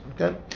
Okay